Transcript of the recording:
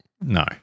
No